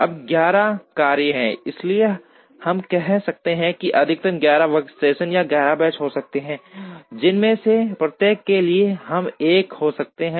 अब 11 कार्य हैं इसलिए हम कह सकते हैं कि अधिकतम 11 वर्कस्टेशन या 11 बेंच हो सकते हैं जिनमें से प्रत्येक के लिए हम 1 हो सकते हैं